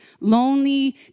lonely